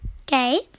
Okay